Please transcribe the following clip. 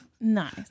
Nice